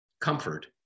comfort